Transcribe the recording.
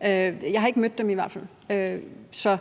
Jeg har i hvert fald ikke